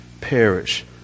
perish